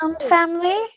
Family